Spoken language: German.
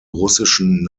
russischen